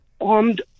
armed